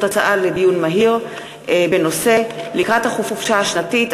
דיון מהיר בנושא: לקראת החופשה השנתית,